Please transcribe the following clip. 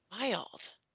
wild